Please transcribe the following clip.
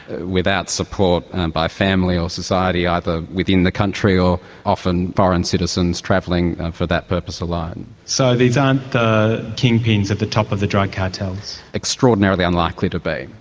without support by family or society, either within the country or often foreign citizens travelling for that purpose alone. so these aren't the kingpins at the top of the drug cartels? extraordinarily unlikely to be,